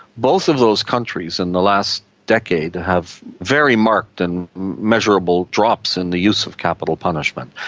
both of those countries in the last decade have very marked and measurable drops in the use of capital punishment.